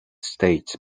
states